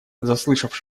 заслышав